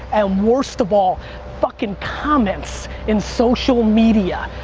and worst of all fucking comments in social media.